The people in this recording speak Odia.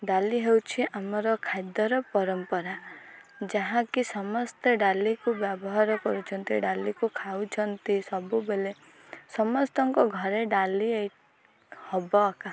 ଡାଲି ହେଉଛି ଆମର ଖାଦ୍ୟର ପରମ୍ପରା ଯାହାକି ସମସ୍ତେ ଡାଲିକୁ ବ୍ୟବହାର କରୁଛନ୍ତି ଡାଲିକୁ ଖାଉଛନ୍ତି ସବୁବେଳେ ସମସ୍ତଙ୍କ ଘରେ ଡାଲି ହବ ଆକା